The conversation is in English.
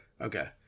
Okay